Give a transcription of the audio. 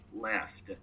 left